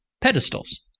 pedestals